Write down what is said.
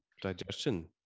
digestion